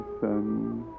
son